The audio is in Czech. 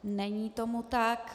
Není tomu tak.